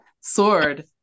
sword